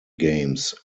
games